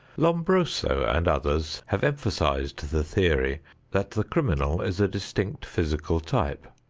lombroso and others have emphasized the theory that the criminal is a distinct physical type.